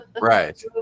Right